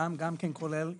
אדם גם כולל ילד.